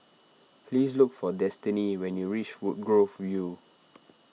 please look for Destini when you reach Woodgrove View